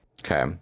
Okay